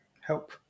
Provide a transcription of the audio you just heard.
help